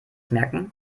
merken